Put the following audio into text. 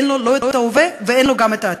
אין לו את ההווה ואין לו גם את העתיד.